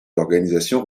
l’organisation